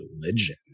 religion